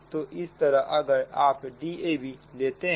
तो इस तरह अगर आप Dab लेते हैं